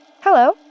Hello